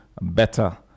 better